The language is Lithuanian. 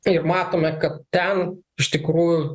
tai matome kad ten iš tikrųjų